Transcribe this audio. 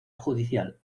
judicial